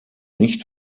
nicht